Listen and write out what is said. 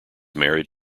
married